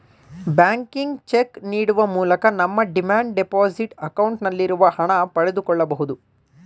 ಬ್ಯಾಂಕಿಗೆ ಚೆಕ್ ನೀಡುವ ಮೂಲಕ ನಮ್ಮ ಡಿಮ್ಯಾಂಡ್ ಡೆಪೋಸಿಟ್ ಅಕೌಂಟ್ ನಲ್ಲಿರುವ ಹಣ ಪಡೆದುಕೊಳ್ಳಬಹುದು